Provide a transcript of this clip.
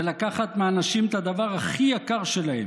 זה לקחת מאנשים את הדבר הכי יקר שלהם: